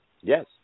Yes